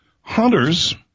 Hunters